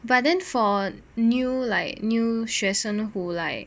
but then for new like new 学生 who like